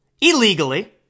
illegally